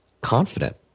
confident